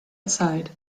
aside